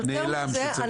יותר מזה,